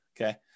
okay